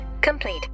complete